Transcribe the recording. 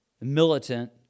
militant